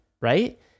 right